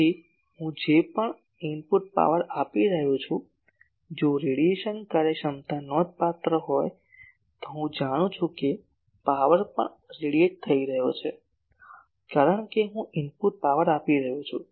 તેથી હું જે પણ ઇનપુટ પાવર આપી રહ્યો છું જો રેડિયેશન કાર્યક્ષમતા નોંધપાત્ર હોય તો હું જાણું છું કે પાવર પણ રેડિયેટ થઈ રહ્યો છે કારણ કે હું ઇનપુટ પાવર આપી રહ્યો છું